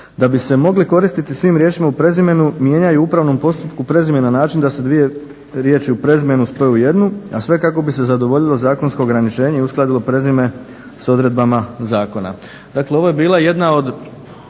da bi se mogli koristiti svim riječima u prezimenu mijenjaju u upravnom postupku prezime na način da se dvije riječi u prezimenu spoje u jednu a sve kako bi se zadovoljilo zakonsko ograničenje i uskladilo prezime sa odredbama zakona. Dakle, ovo je bila jedna od